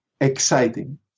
exciting